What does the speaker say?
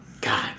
god